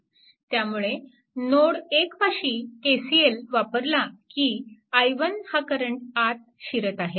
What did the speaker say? त्यामुळे नोड 1 पाशी KCL वापरला की i1 हा करंट आत शिरत आहे